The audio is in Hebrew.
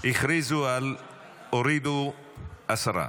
הורידו עשרה.